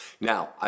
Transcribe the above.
Now